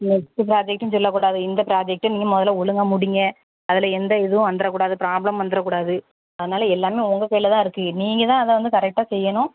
next ப்ராஜெக்ட்டுன்னு சொல்லக்கூடாது இந்த ப்ராஜெக்ட்டை நீங்கள் முதல்ல ஒழுங்கா முடியுங்க அதில் எந்த இதுவும் வந்துடக்கூடாது ப்ராப்ளம் வந்துடக்கூடாது அதனால எல்லாம் உங்கள் கையில் தான் இருக்குது நீங்கள் தான் அதை வந்து கரெக்டாக செய்யணும்